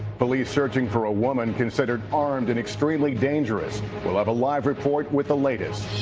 police searching for a woman considered armed and extremely dangerous. we'll have a live report with the latest.